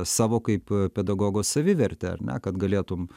savo kaip pedagogo savivertę ar ne kad galėtum